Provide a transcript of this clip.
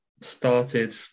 started